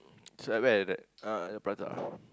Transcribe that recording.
so at where at that uh the prata